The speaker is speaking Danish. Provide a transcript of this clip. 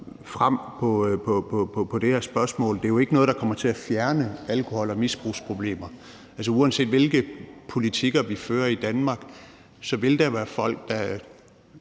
frem på dette spørgsmål. Det er jo ikke noget, der kommer til at fjerne alkohol- og misbrugsproblemer. Uanset hvilke politikker vi fører i Danmark, vil der være folk, der